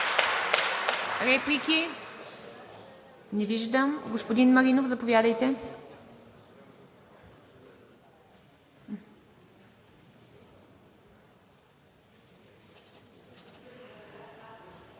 Реплики? Не виждам. Господин Маринов, заповядайте.